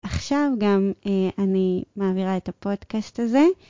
עכשיו גם אני מעבירה את הפודקאסט הזה.